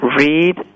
read